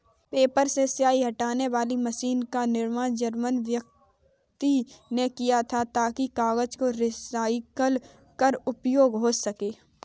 paper से स्याही हटाने वाली मशीन का निर्माण जर्मन व्यक्ति ने किया था ताकि कागज को रिसाईकल कर उपयोग हो सकें